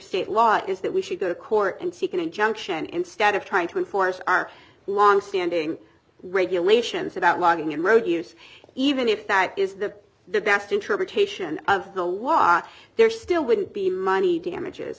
state law is that we should go to court and seek an injunction instead of trying to enforce our longstanding regulations about logging and road use even if that is the the best interpretation of the law there still wouldn't be money damages